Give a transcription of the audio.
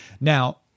Now